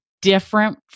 Different